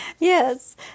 Yes